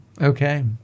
Okay